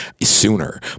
sooner